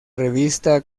revista